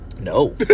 no